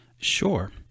Sure